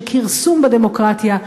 של כרסום בדמוקרטיה,